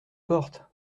porte